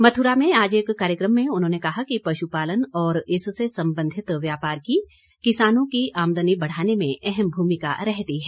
मथुरा में आज एक कार्यक्रम में उन्होंने कहा कि पशुपालन और इससे संबंधित व्यापार की किसानों की आमदनी बढ़ाने में अहम भूमिका रहती है